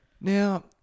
Now